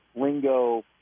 lingo